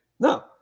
No